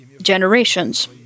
generations